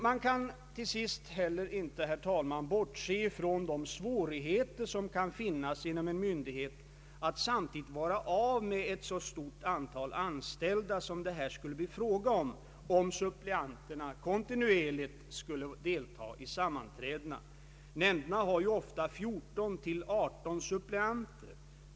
Man kan till sist heller inte, herr talman, bortse från de svårigheter som en myndighet kan ha att samtidigt vara av med ett så stort antal anställda som det skulle bli fråga om ifall suppleanterna kontinuerligt skulle delta i sammanträdena. Nämnderna har ju ofta 14—18 suppleanter.